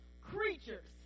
creatures